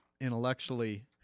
intellectually